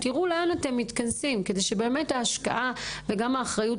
תשמעו אותם ותראו לאן מתכנסים שבאמת השקעה והאחריות